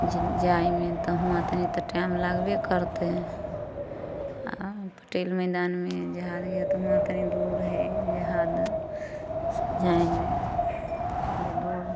दूर जाइमे तऽ हुआँ तऽ तनी टाइम लागबे करतै आ पटेल मैदानमे जहाज गिड़ै है तऽ हुआँ तनी दूर है जहाज लग जाइमे दूर